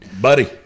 buddy